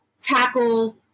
tackle